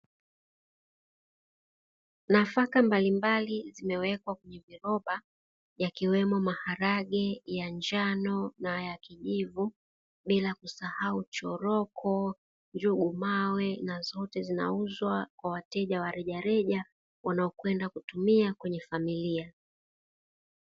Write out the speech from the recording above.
Nafaka mbalimbali zimewekwa kwenye viroba yakiwemo maharage ya njano na ya kijivu bila kusahau choroko, njugu mawe na zote zinauzwa kwa wateja wa rejareja wanaokwenda kutumia kwenye familia.